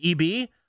EB